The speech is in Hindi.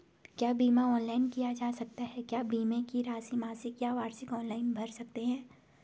क्या बीमा ऑनलाइन किया जा सकता है क्या बीमे की राशि मासिक या वार्षिक ऑनलाइन भर सकते हैं?